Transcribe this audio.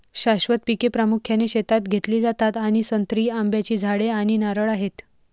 शाश्वत पिके प्रामुख्याने शेतात घेतली जातात आणि संत्री, आंब्याची झाडे आणि नारळ आहेत